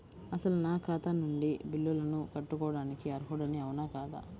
అసలు నా ఖాతా నుండి బిల్లులను కట్టుకోవటానికి అర్హుడని అవునా కాదా?